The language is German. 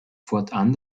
fortan